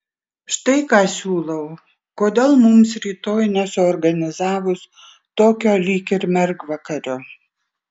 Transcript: štai ką siūlau kodėl mums rytoj nesuorganizavus tokio lyg ir mergvakario